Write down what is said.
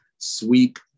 sweep